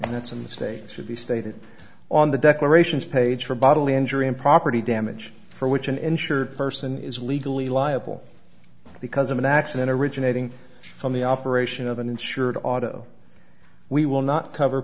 and it's in the state should be stated on the declarations page for bodily injury and property damage for which an insured person is legally liable because of an accident originating from the operation of an insured auto we will not cover